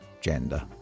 gender